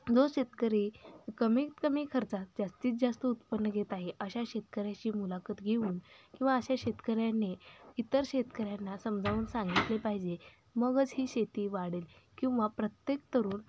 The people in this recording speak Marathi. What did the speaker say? जो शेतकरी कमीत कमी खर्चात जास्तीत जास्त उत्पन्न घेत आहे अशा शेतकऱ्याची मुलाखत घेऊन किंवा अशा शेतकऱ्यांनी इतर शेतकऱ्यांना समजावून सांगितले पाहिजे मगच ही शेती वाढेल किंवा प्रत्येक तरुण